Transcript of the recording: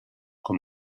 con